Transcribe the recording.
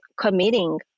committing